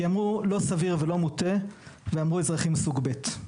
אמרו: לא סביר ולא מוטה, ואמרו אזרחים סוג ב'.